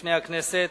בפני הכנסת